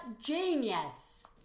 genius